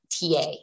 TA